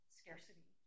scarcity